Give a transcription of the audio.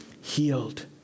healed